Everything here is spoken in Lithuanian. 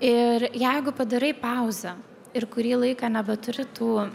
ir jeigu padarai pauzę ir kurį laiką nebeturi tų